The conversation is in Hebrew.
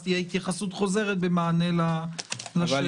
היה רצון ובקשה ליותר והייתה חוות דעת של הייעוץ